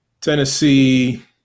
Tennessee